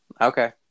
Okay